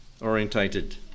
orientated